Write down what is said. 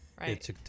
Right